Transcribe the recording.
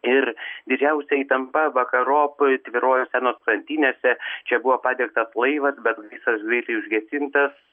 ir didžiausia įtampa vakarop tvyrojo senos krantinėse čia buvo padegtas laivas bet gaisras greitai užgesintas